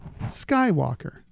Skywalker